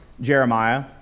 Jeremiah